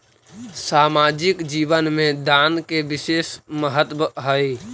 सामाजिक जीवन में दान के विशेष महत्व हई